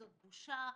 זו בושה,